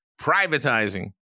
privatizing